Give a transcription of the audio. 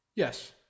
yes